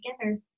together